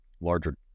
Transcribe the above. larger